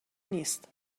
نیست